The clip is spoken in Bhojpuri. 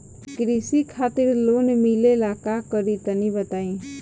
कृषि खातिर लोन मिले ला का करि तनि बताई?